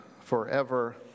forever